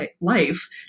life